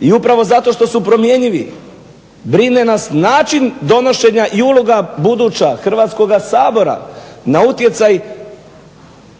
i upravo zato što su promjenjivi brine nas način donošenja i uloga buduća Hrvatskoga sabora na utjecaj